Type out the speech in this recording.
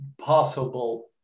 possible